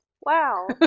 Wow